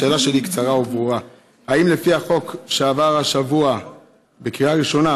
השאלה שלי קצרה וברורה: האם לפי החוק שעבר השבוע בקריאה ראשונה,